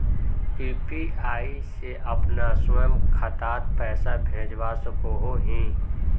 UPI से अपना स्वयं खातात पैसा भेजवा सकोहो ही?